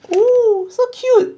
!woo! so cute